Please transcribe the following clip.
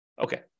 Okay